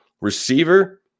receiver